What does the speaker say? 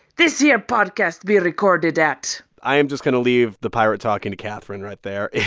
this here podcast be recorded at. i am just going to leave the pirate talking to catherine right there.